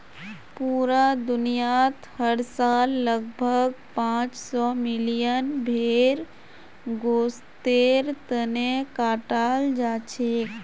पूरा दुनियात हर साल लगभग पांच सौ मिलियन भेड़ गोस्तेर तने कटाल जाछेक